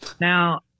Now